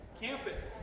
campus